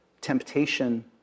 temptation